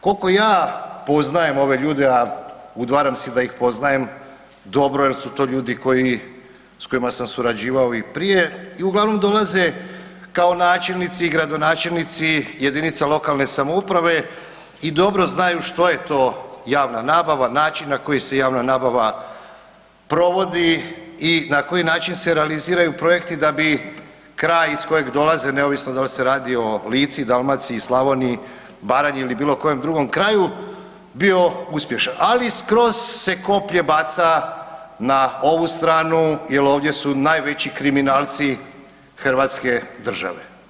Kolko ja poznajem ove ljude, a udvaram si da ih poznajem dobro jel su to ljudi koji, s kojima sam surađivao i prije i uglavnom dolaze kao načelnici i gradonačelnici JLS-ova i dobro znaju što je to javna nabava, način na koji se javna nabava provodi i na koji način se realiziraju projekti da bi kraj iz kojeg dolaze neovisno dal se radi o Lici, Dalmaciji i Slavoniji, Baranji ili bilo kojem drugom kraju, bio uspješan, ali skroz se koplje baca na ovu stranu jel ovdje su najveći kriminalci hrvatske države.